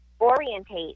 orientate